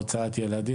הוצאת ילדים.